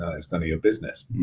ah it's none of your business.